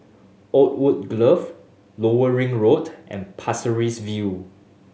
Oakwood Grove Lower Ring Road and Pasir Ris View